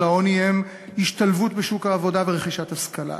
העוני הם השתלבות בשוק העבודה ורכישת השכלה,